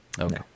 Okay